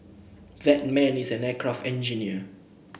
that man is an aircraft engineer